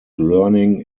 learning